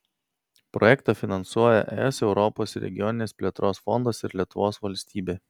projektą finansuoja es europos regioninės plėtros fondas ir lietuvos valstybė